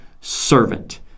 servant